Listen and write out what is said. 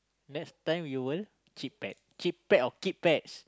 next time you will cheap pet cheap pet or keep pets